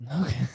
Okay